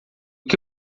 que